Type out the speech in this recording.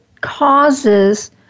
causes